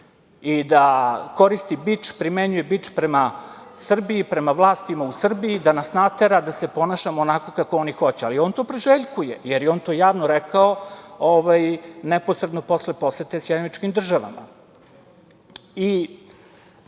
i da koristi bič, primenjuje bič prema Srbiji, prema vlasti u Srbiji, da nas natera da se ponašamo onako kako oni hoće? Ali on to priželjkuje, jer je on to javno rekao neposredno posle posete SAD.Želim da